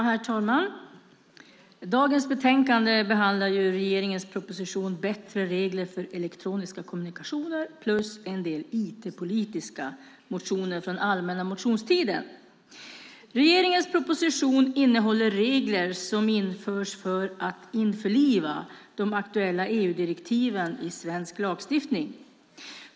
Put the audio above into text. Herr talman! I dagens betänkande behandlas regeringens proposition Bättre regler för elektroniska kommunikationer plus en del IT-politiska motioner från allmänna motionstiden. Regeringens proposition innehåller regler som införs för att införliva de aktuella EU-direktiven i svensk lagstiftning.